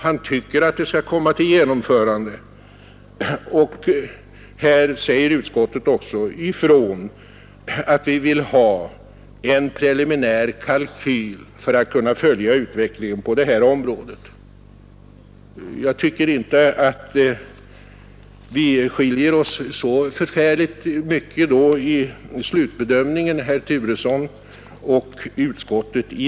Han tycker att det skall genomföras, och utskottet säger också ifrån att vi vill ha en preliminär kalkyl för att kunna följa utvecklingen på detta område. Jag tycker inte att vi i det här fallet skiljer oss så förfärligt mycket i slutbedömningen, herr Turesson och utskottet.